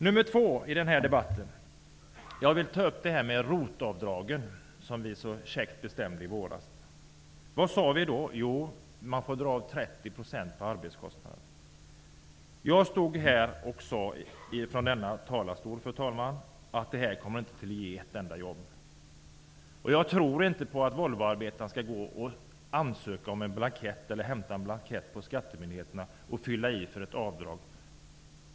Den andra fråga som jag vill beröra gäller ROT avdragen, som vi så käckt beslutade om i våras. Vad sade vi då? Jo, vi sade att man får dra av 30 % av arbetskostnaderna. Jag sade då från denna talarstol att det inte kommer att ge ett enda jobb. Jag sade att jag inte tror på att en Volvoarbetare skall hämta en blankett hos skattemyndigheten och fylla i för att få göra ett avdrag.